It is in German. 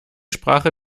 sprache